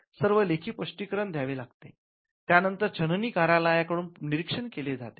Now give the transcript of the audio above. सर्व लेखी स्पष्टीकरण द्यावे लागते त्यानंतर छाननी कार्यालयाकडून निरीक्षण केले जाते